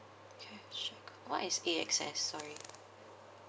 okay sure but what is A_X_S sorry